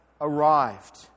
arrived